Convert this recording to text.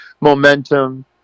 Momentum